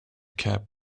cap